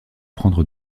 prendre